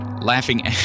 laughing